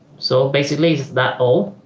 so basically that's all.